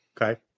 Okay